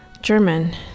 German